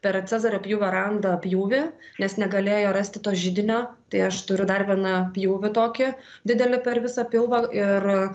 per cezario pjūvio randą pjūvį nes negalėjo rasti to židinio tai aš turiu dar vieną pjūvį tokį didelį per visą pilvą ir